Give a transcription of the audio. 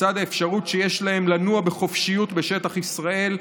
לצד האפשרות שיש להם לנוע בחופשיות בשטח ישראל,